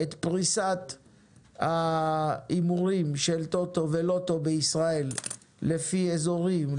את פריסת ההימורים של טוטו ולוטו בישראל לפי אזורים,